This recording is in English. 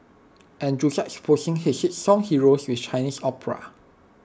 and juxtaposing his hit song heroes with Chinese opera